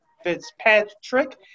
Fitzpatrick